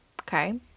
Okay